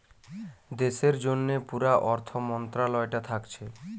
দেশের জন্যে পুরা অর্থ মন্ত্রালয়টা থাকছে